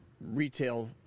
retail